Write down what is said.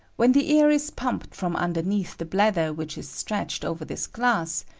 when the air is pumped from underneath the bladder which is stretched over this glass,